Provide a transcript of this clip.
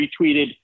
retweeted